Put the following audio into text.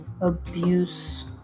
abuse